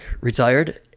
retired